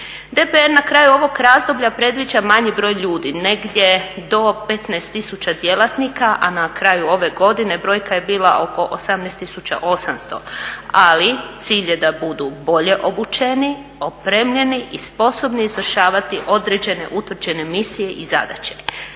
DPR na kraju ovog razdoblja predviđa manji broj ljudi negdje do 15 tisuća djelatnika, a na kraju ove godine brojka je bila oko 18.800, ali cilj je da budu bolje obučeni, opremljeni i sposobni izvršavati određene utvrđene misije i zadaće.